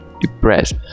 depressed